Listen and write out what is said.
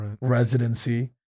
residency